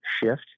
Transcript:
shift